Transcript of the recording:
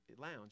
lounge